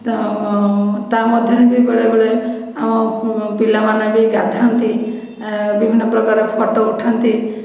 ତ ତା' ମଧ୍ୟରେ ବି ବେଳେବେଳେ ଆମ ପିଲାମାନେ ବି ଗାଧାନ୍ତି ବିଭିନ୍ନ ପ୍ରକାର ଫଟୋ ଉଠାନ୍ତି